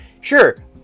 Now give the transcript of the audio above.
Sure